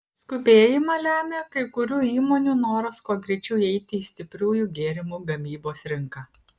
skubėjimą lemia kai kurių įmonių noras kuo greičiau įeiti į stipriųjų gėrimų gamybos rinką